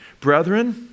Brethren